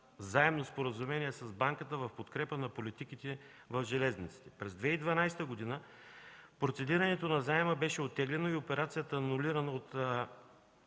взаимно споразумение с банката в подкрепа на политиките в железниците. През 2012 г. процедирането на заема беше оттеглено и операцията нулирана от